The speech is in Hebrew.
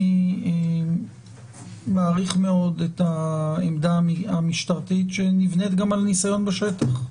אני מעריך מאוד את העמדה המשטרתית שנבנית גם על הניסיון בשטח.